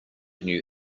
new